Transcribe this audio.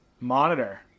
monitor